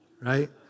right